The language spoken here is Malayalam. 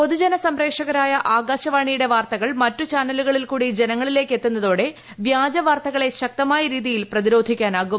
പൊതുജന സംപ്രേഷകരായ ആകാശവാണിയുടെ വാർത്തകൾ മറ്റു ചാനലുകളിൽ കൂടി ജനങ്ങളിലേക്കെത്തുന്നതോടെ വ്യാജ വാർത്തകളെ ശക്തമായ രീതിയിൽ പ്രതിരോധിക്കാനാകും